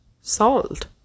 Salt